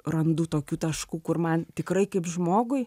randu tokių taškų kur man tikrai kaip žmogui